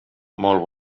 molt